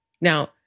Now